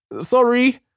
Sorry